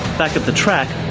back at the track,